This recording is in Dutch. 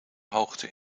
hoogte